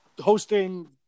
hosting